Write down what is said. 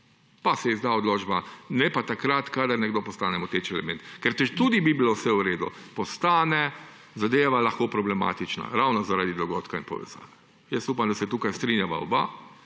pa se izda odločba. Ne pa takrat, kadar nekdo postane moteč element, ker četudi bi bilo vse v redu, postane zadeva lahko problematična, ravno zaradi dogodka / nerazumljivo/. Jaz upam, da se tukaj strinjava oba